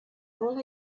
all